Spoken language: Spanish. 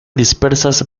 dispersas